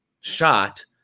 shot